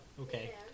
Okay